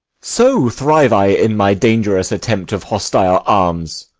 so thrive i in my dangerous attempt of hostile arms!